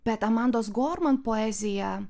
bet amandos gorman poezija